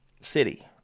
city